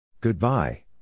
Goodbye